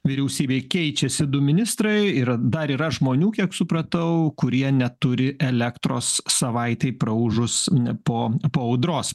vyriausybėj keičiasi du ministrai yra dar yra žmonių kiek supratau kurie neturi elektros savaitei praūžus ne po po audros